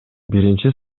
биринчи